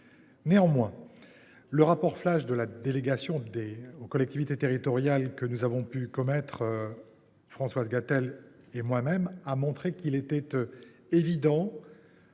Néanmoins, le rapport flash de la délégation aux collectivités territoriales que nous avons pu commettre, Françoise Gatel et moi même, a montré qu’il était